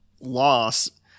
loss